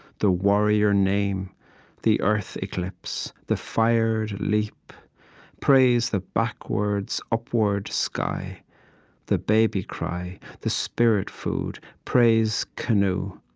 the warrior name the earth eclipse, the fired leap praise the backwards, upward sky the baby cry, the spirit food praise canoe,